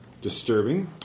disturbing